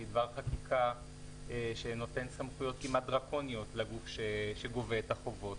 שהיא דבר חקיקה שנותן סמכויות כמעט דרקוניות לגוף שגובה את החובות.